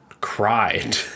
cried